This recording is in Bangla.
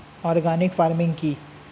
অর্গানিক ফার্মিং কি?